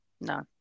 No